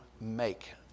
Make